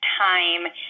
time